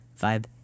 vibe